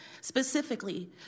Specifically